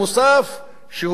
שהוא מס רגרסיבי,